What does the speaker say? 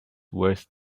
worse